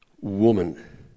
Woman